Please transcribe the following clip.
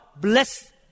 bless